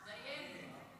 דיינו.